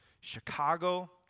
Chicago